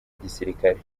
igisirikare